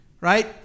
right